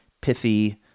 pithy